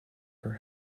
her